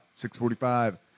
645